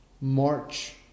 march